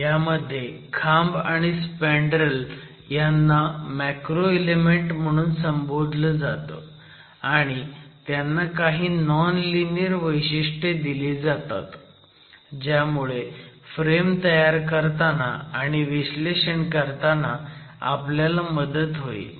ह्यामध्ये खांब आणि स्पँडरेल ह्यांना मॅक्रो इलेमेंट म्हणून संबोधलं जातं आणि त्यांना काही नॉन लिनीयर वैशिष्ट्ये दिली जातात ज्यामुळे फ्रेम तयार करताना आणि विश्लेषण करताना आपल्याला मदत होईल